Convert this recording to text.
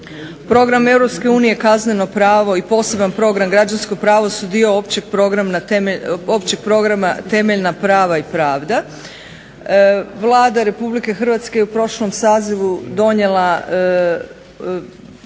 pravo i poseban Program Građansko pravo su dio Općeg programa Temeljna prava i pravda. Vlada Republike Hrvatske je u prošlom sazivu donijela